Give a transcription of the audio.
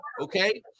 okay